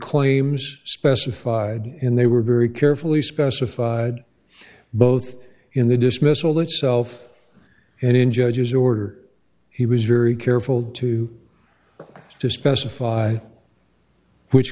claims specified and they were very carefully specified both in the dismissal itself and in judge's order he was very careful to to specify which